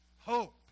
hope